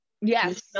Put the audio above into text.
yes